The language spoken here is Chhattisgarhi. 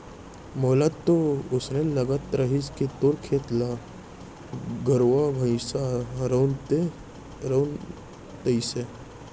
मोला तो वोसने लगत रहिस हे तोर खेत ल गरुवा भइंसा रउंद दे तइसे